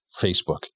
Facebook